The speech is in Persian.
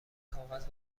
کاغذ